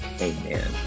amen